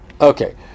Okay